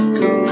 go